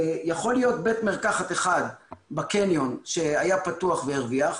יכול להיות בית מרקחת אחד בקניון שהיה פתוח והרוויח,